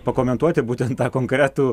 pakomentuoti būtent tą konkretų